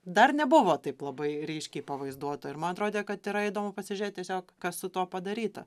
dar nebuvo taip labai reiškiai pavaizduota ir man atrodė kad yra įdomu pasižiūrėt tiesiog kas su tuo padaryta